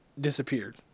disappeared